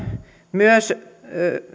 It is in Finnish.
myös